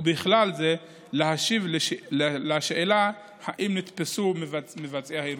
ובכלל זה להשיב על השאלה אם נתפסו מבצעי האירועים.